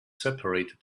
separated